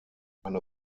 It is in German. eine